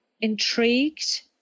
Intrigued